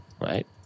right